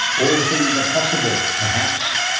all things are possible perhaps.